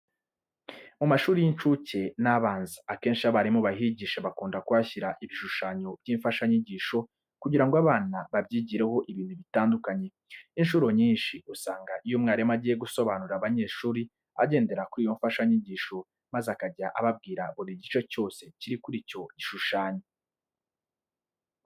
Mu mashuri y'incuke n'abanza akenshi abarimu bahigisha bakunda kuhashyira ibishushanyo by'imfashanyigisho kugira ngo abana babyigireho ibintu bitandukanye. Incuro nyinshi usanga iyo umwarimu agiye gusobanurira abanyeshuri agendera kuri iyo mfashanyigisho maze akajya ababwira buri gice cyose kiri kuri icyo gishushanyo.